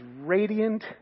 radiant